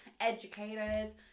educators